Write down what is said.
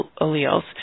alleles